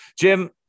Jim